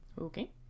Okay